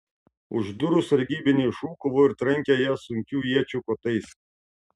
už durų sargybiniai šūkavo ir trankė jas sunkių iečių kotais